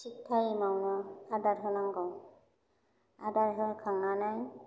थिख थाइमावनो आदार होनांगौ आदार होखांनानै